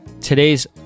Today's